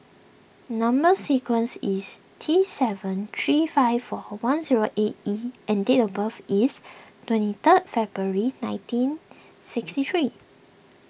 Number Sequence is T seven three five four one zero eight E and date of birth is twenty third February nineteen sixty three